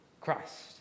Christ